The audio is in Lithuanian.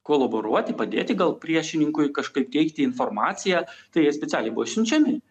kolaboruoti padėti gal priešininkui kažkaip teikti informaciją tai jie specialiai buvo išsiunčiami